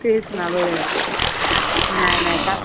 तेच ना बरं आहे नाही नाही का